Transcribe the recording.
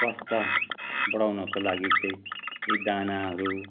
स्वास्थ्य बढाउनको लागि चाहिँ यी दानाहरू